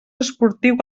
esportiu